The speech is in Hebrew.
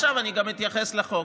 עכשיו אני גם אתייחס לחוק.